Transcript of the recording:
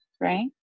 right